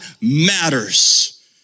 matters